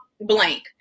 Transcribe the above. blank